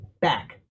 back